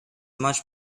much